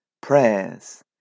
prayers